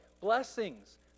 blessings